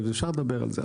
אז אפשר לדבר על זה,